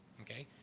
okay.